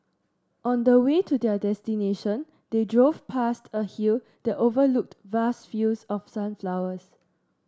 on the way to their destination they drove past a hill that overlooked vast fields of sunflowers